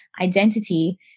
identity